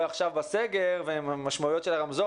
עכשיו בסגר ועם משמעויות של הרמזור,